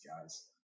guys